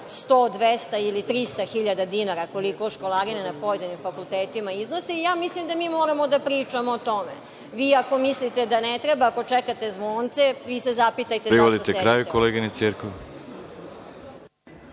100, 200 ili 300.000 dinara, koliko školarina na pojedinim fakultetima iznosi. Mislim, da mi moramo da pričamo o tome. Vi ako mislite da ne treba, ako čekate zvonce, vi se zapitajte zašto sedite